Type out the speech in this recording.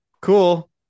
cool